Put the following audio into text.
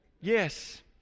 Yes